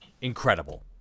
incredible